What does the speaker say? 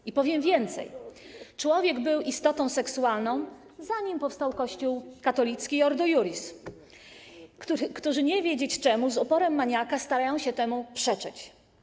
I powiem więcej: człowiek był istotą seksualną, zanim powstał Kościół katolicki i Ordo Iuris, które to organizacje, nie wiedzieć czemu, z uporem maniaka starają się temu przeczyć.